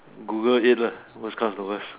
Google it lah worse come to worst